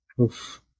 Oof